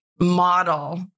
model